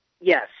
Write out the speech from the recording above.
Yes